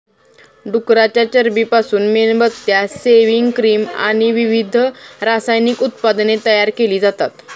डुकराच्या चरबीपासून मेणबत्त्या, सेव्हिंग क्रीम आणि विविध रासायनिक उत्पादने तयार केली जातात